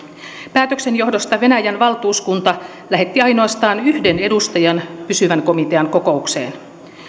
päätöksen johdosta venäjän valtuuskunta lähetti ainoastaan yhden edustajan pysyvän komitean kokoukseen